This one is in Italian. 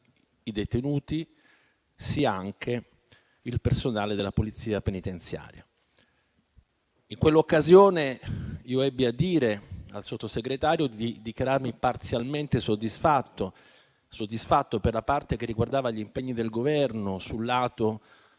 i detenuti sia il personale della Polizia penitenziaria. In quell'occasione ebbi a dire al Sottosegretario di dichiararmi parzialmente soddisfatto per la parte che riguardava gli impegni del Governo sul lato